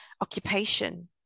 occupation